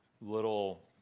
little